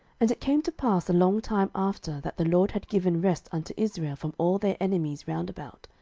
and it came to pass a long time after that the lord had given rest unto israel from all their enemies round about,